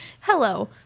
hello